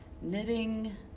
knitting